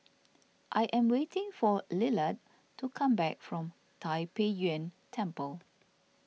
I am waiting for Lillard to come back from Tai Pei Yuen Temple